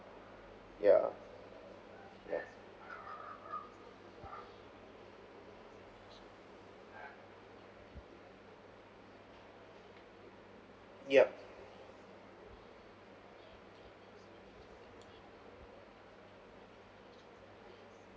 ya ya yup